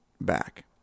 back